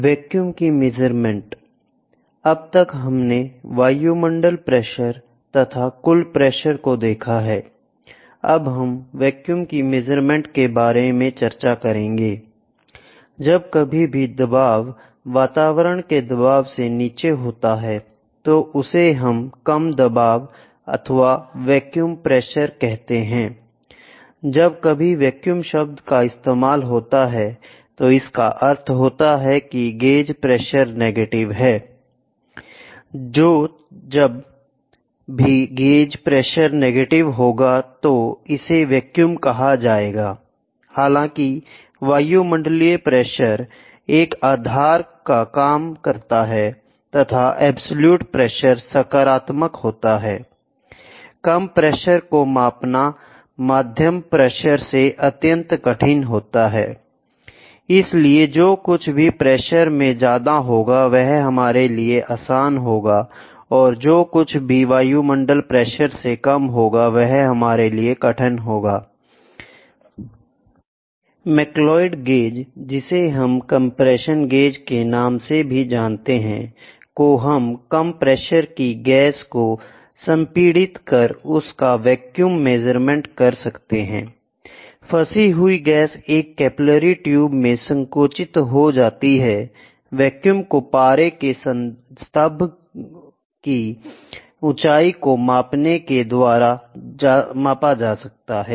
vacuum की measurement अब तक हमने वायुमंडलीय प्रेशर तथा कुल प्रेशर को देखा है Iअब हम वैक्यूम की मेजरमेंट के बारे में चर्चा करेंगे I जब कभी भी दबाव वातावरण के दबाव से नीचे होता है तो उसे हम कम दबाव अथवा वेक्यूम प्रेशर कहते हैं I जब कभी वैक्यूम शब्द का इस्तेमाल होता है तो इसका अर्थ होता है की गेज प्रेशर नेगेटिव है I तो जब भी गेज प्रेशर नेगेटिव होगा तो इसे वेक्यूम कहा जाएगा I हालांकि वायुमंडलीय प्रेशर एक आधार का काम करता है तथा एब्सलूट प्रेशर सकारात्मक होता है I कम प्रेशर को मापना मध्यम प्रेशर से अत्यंत कठिन होता है I इसलिए जो कुछ भी प्रेशर में ज्यादा होगा वह हमारे लिए आसान होगा और जो कुछ भी वायुमंडलीय प्रेशर से कम होगा वह हमारे लिए कठिन होगा I मक्लिओद गेज जिसे हम कंप्रेशन गेज के नाम से भी जानते हैं को हम कम प्रेशर की गैस को संपीड़ित कर उसका वेक्यूम मेजरमेंट कर सकते हैं I फंसी हुई गैस एक कैपिलरी ट्यूब में संकुचित हो जाती है वैक्यूम को पारा के स्तंभ की ऊंचाई को मापने के द्वारा मापा जाता है